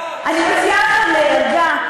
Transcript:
אני מציעה לכם להירגע.